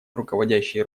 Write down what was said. руководящей